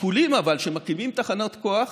אבל כשמקימים תחנות כוח,